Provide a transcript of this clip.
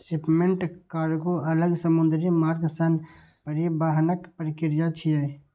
shipment cargo अलग समुद्री मार्ग सं परिवहनक प्रक्रिया छियै